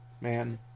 Man